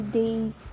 days